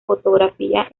fotografía